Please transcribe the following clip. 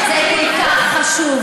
זה כל כך חשוב,